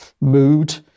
mood